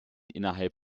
innerhalb